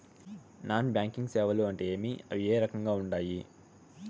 non banking సేవలు అంటే ఏమి అవి ఏ రకంగా ఉండాయి